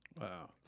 Wow